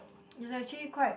is actually quite